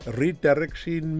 redirection